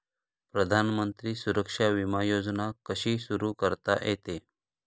प्रधानमंत्री सुरक्षा विमा योजना कशी सुरू करता येते?